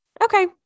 okay